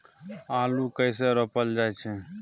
आलू कइसे रोपल जाय छै?